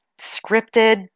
Scripted